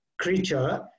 creature